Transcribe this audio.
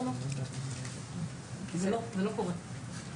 לא, זה לא קורה.